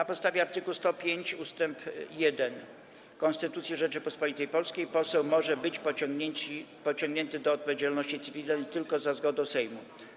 Na podstawie art. 105 ust. 1 Konstytucji Rzeczypospolitej Polskiej poseł może być pociągnięty do odpowiedzialności cywilnej tylko za zgodą Sejmu.